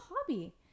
hobby